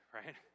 right